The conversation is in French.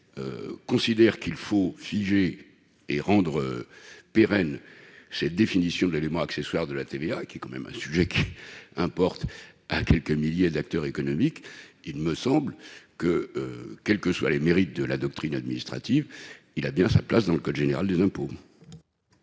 considère qu'il faut figer et rendre pérenne cette définition de l'élément accessoire de la TVA, qui est tout de même un sujet qui importe à quelques milliers d'acteurs économiques, il me semble, quels que soient les mérites de la doctrine administrative, que cet ensemble de règles a bien sa place dans le code général des impôts.